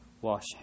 wash